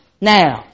now